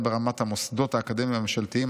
הן ברמת המוסדות האקדמיים והממשלתיים,